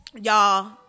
Y'all